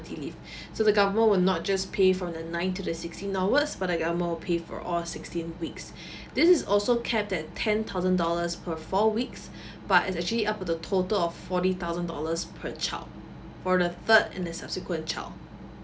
leave so the government will not just pay for the ninth to the sixteenth hours but more pay for all sixteen weeks this is also cap at ten thousand dollars per four weeks but it's actually up the total of forty thousand dollars per child for the third and the subsequent child